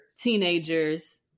teenagers